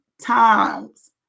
times